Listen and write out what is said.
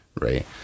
right